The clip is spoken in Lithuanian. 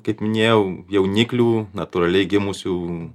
kaip minėjau jauniklių natūraliai gimusių